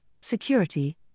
security